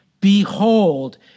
Behold